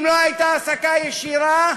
אם לא הייתה העסקה ישירה,